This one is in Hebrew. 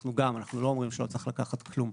אנחנו לא אומרים שלא צריך לקחת כלום,